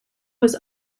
was